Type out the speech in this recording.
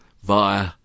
via